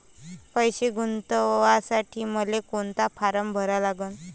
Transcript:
पैसे गुंतवासाठी मले कोंता फारम भरा लागन?